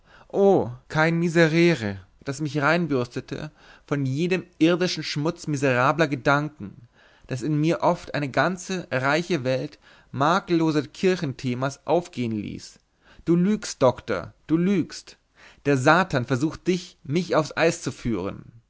oh kein miserere das mich reinbürstete von jedem irdischen schmutz miserabler gedanken das in mir oft eine ganze reiche welt makelloser kirchenthemas aufgehen ließ du lügst doktor du lügst der satan versucht dich mich aufs eis zu führen